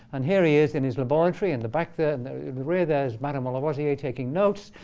and here he is in his laboratory in the back the and there. in the rear there is madame lavoisier taking notes.